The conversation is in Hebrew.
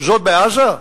זאת בעזה?